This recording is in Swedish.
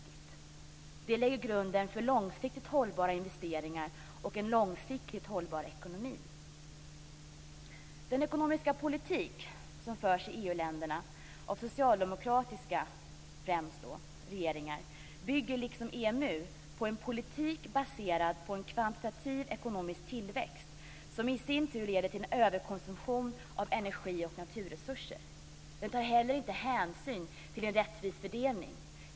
Detta skulle ge en grund för långsiktigt hållbara investeringar och en långsiktigt hållbar ekonomi. Den ekonomiska politik som förs i EU-länderna av främst socialdemokratiska regeringar bygger, liksom EMU, på en politik baserad på kvantitativ ekonomisk tillväxt, som i sin tur leder till en överkonsumtion av energi och naturresurser. Den tar heller inte hänsyn till en rättvis fördelning.